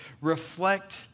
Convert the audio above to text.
reflect